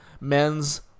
men's